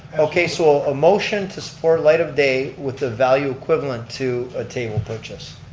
okay so a motion to support light of day with a value equivalent to a table purchase.